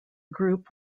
group